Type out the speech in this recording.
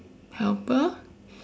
helper